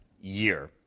year